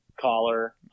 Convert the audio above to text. caller